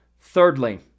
thirdly